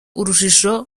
urujijo